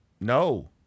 No